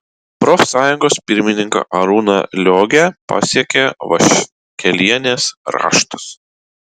profsąjungos pirmininką arūną liogę pasiekė vaškelienės raštas